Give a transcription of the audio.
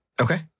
okay